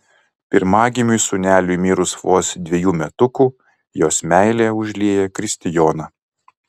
pirmagimiui sūneliui mirus vos dvejų metukų jos meilė užlieja kristijoną